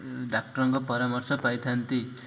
ଡାକ୍ତର୍ଙ୍କ ପରାମର୍ଶ ପାଇଥାନ୍ତି